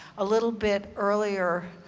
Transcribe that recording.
a little bit earlier,